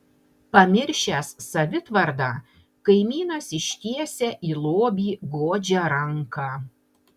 pamiršęs savitvardą kaimynas ištiesia į lobį godžią ranką